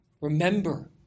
Remember